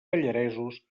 pallaresos